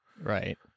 Right